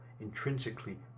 intrinsically